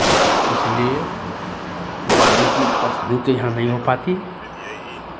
इसलिए पानी की परेशानी तो यहाँ नहीं हो पाती